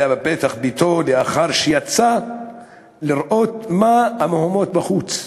היה בפתח ביתו לאחר שיצא לראות מה המהומות בחוץ.